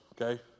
okay